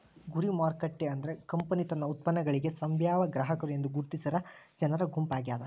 ಗುರಿ ಮಾರುಕಟ್ಟೆ ಅಂದ್ರ ಕಂಪನಿ ತನ್ನ ಉತ್ಪನ್ನಗಳಿಗಿ ಸಂಭಾವ್ಯ ಗ್ರಾಹಕರು ಎಂದು ಗುರುತಿಸಿರ ಜನರ ಗುಂಪಾಗ್ಯಾದ